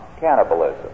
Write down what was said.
cannibalism